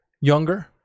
younger